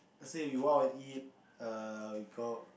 say if you want to eat err we go